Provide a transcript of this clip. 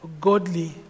godly